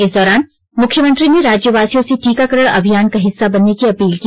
इस दौरान मुख्यमंत्री ने राज्यवासियों से टीकाकरण अभियान का हिस्सा बनने की अपील की